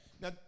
Now